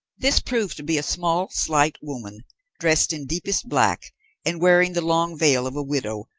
this proved to be a small, slight woman dressed in deepest black and wearing the long veil of a widow,